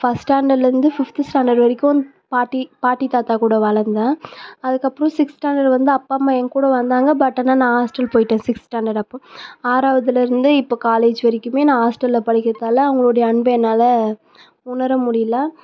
first ஸ்டாண்டர்டுலேருந்து fifth standard வரைக்கும் பாட்டி பாட்டி தாத்தா கூட வளர்ந்தேன் அதுக்கப்புறம் சிக்ஸ்த் ஸ்டாண்டர்ட் வந்து அப்பா அம்மா என் கூட வந்தாங்க பட் ஆனால் நான் ஹாஸ்ட்டல் போய்ட்டேன் சிக்ஸ்த்து ஸ்டாண்டர்ட் அப்போது ஆறாவதில் இருந்தே இப்போ காலேஜ் வரைக்குமே நான் ஹாஸ்டலில் படிக்கிறதால் அவங்களுடைய அன்பை என்னால் உணர முடியலை